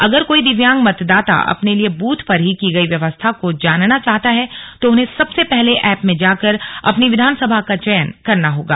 अगर कोई दिव्यांग मतदाता अपने लिए ब्रथ पर की गई व्यवस्था को जानना चाहता है तो उन्हें सबसे पहले ऐप में जाकर अपनी विधानसभा का चयन करना होगा